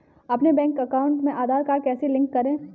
अपने bank account में Aadhaar card कैसे लिंक करें?